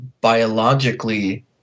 biologically